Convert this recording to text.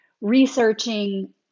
researching